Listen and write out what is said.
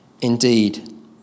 Indeed